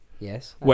Yes